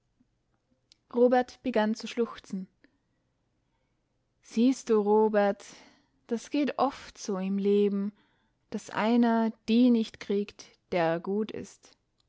robert begann zu schluchzen siehst du robert das geht oft so im leben daß einer die nicht kriegt der er gut ist